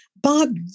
Bob